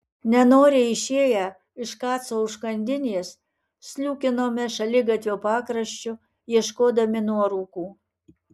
nenoriai išėję iš kaco užkandinės sliūkinome šaligatvio pakraščiu ieškodami nuorūkų